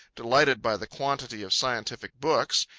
delighted by the quantity of scientific books,